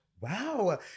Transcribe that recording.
Wow